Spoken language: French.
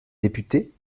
députée